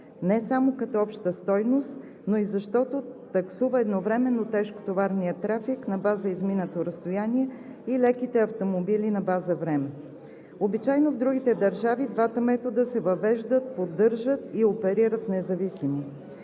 не само като обща стойност, а и защото таксува едновременно тежкотоварния трафик на база на изминато разстояние и леките автомобили на база време. Обичайно в другите държави двата метода се въвеждат, поддържат и оперират независимо...